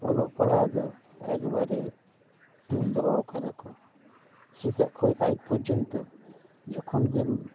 ᱚᱞᱚᱜ ᱯᱟᱲᱦᱟᱣ ᱫᱚ ᱮᱠᱵᱟᱨᱮ ᱛᱩᱞ ᱫᱚᱦᱚᱣ ᱠᱟᱫᱟ ᱠᱚ ᱥᱮᱛᱟᱜ ᱠᱷᱚᱱ ᱟᱭᱩᱵ ᱯᱚᱨᱡᱚᱱᱛᱚ ᱡᱚᱠᱷᱚᱱ ᱜᱮᱢ